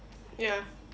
ya